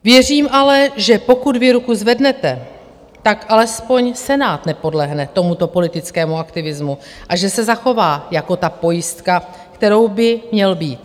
Věřím ale, že pokud vy ruku zvednete, tak alespoň Senát nepodlehne tomuto politickému aktivismu a že se zachová jako ta pojistka, kterou by měl být.